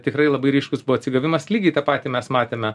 tikrai labai ryškus buvo atsigavimas lygiai tą patį mes matėme